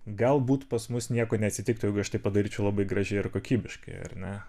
galbūt pas mus nieko neatsitiktų jeigu aš tai padaryčiau labai gražiai ir kokybiškai ar ne